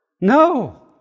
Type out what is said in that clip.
No